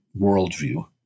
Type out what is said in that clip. worldview